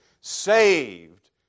saved